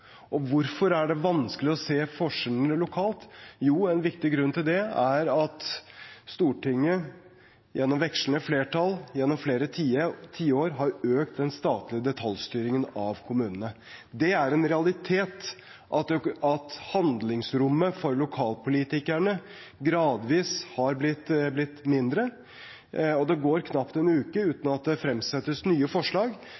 Hvorfor er det vanskelig å se forskjellene lokalt? Jo, en viktig grunn til det er at Stortinget gjennom vekslende flertall gjennom flere tiår har økt den statlige detaljstyringen av kommunene. Det er en realitet at handlingsrommet for lokalpolitikerne gradvis har blitt mindre, og det går knapt en uke uten at det fremsettes nye forslag